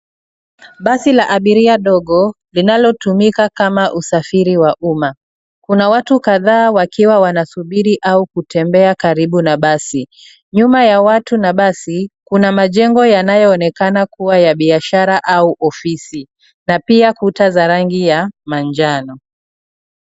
Basi la abiria dogo linalotumika kama usafiri wa umma. Kuna watu kadhaa wakiwa wanasubiri au kutembea karibu na basi. Nyuma ya watu na basi, kuna majengo yanayoonekana kuwa ya biashara au ofisi na pia kuta za rangi ya manjano.